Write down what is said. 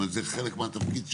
זה חלק מהתפקיד שלנו,